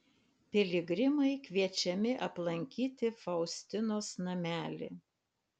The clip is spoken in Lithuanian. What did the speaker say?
piligrimai kviečiami aplankyti faustinos namelį